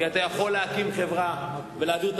כי אתה יכול להקים חברה ולהעביר את